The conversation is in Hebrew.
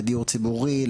לדיור ציבורי,